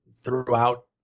throughout